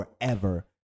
forever